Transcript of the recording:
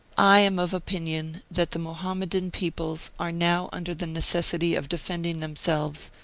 i am of opinion that the mohammedan peoples are now under the necessity of defending them selves,